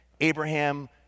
Abraham